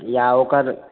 या ओकर